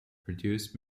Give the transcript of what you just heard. produced